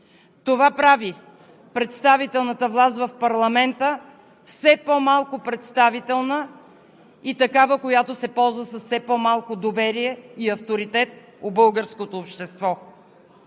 Това прави представителната власт в парламента все по-малко представителна и такава, която се ползва с все по-малко доверие и авторитет в българското общество.